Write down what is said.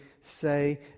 say